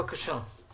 בבקשה.